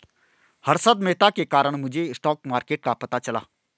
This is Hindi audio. हर्षद मेहता के कारण मुझे स्टॉक मार्केट का पता चला